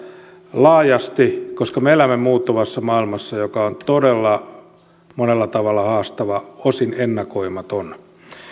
laajasti koska me elämme muuttuvassa maailmassa joka on todella monella tavalla haastava osin ennakoimaton